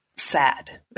sad